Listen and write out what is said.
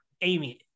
Amy